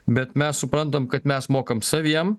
bet mes suprantam kad mes mokam saviem